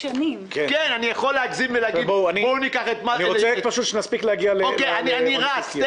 אני רוצה שנגיע לרוני חזקיה.